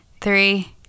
Three